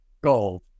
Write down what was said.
Gold